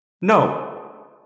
No